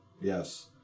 Yes